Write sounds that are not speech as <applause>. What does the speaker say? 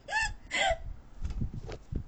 <laughs>